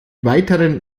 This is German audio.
weiteren